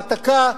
העתקה,